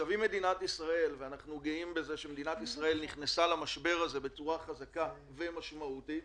אנחנו גאים בזה שמדינת ישראל נכנסה למשבר הזה בצורה חזקה ומשמעותית